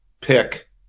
pick